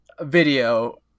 video